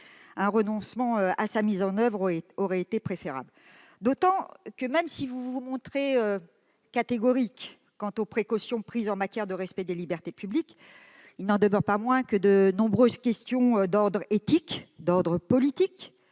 Un renoncement à sa mise en oeuvre aurait été préférable, d'autant que, même si vous vous montrez catégorique quant aux précautions prises en matière de respect des libertés publiques, de nombreuses questions d'ordre éthique, politique,